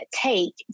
take